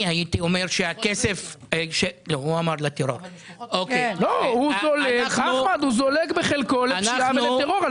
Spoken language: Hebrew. הוא זולג בחלקו לפשיעה ולטרור.